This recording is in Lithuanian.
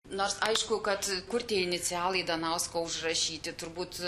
nors aišku kad kur tie inicialai danausko užrašyti turbūt